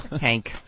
Hank